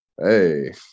Hey